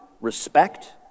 respect